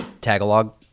Tagalog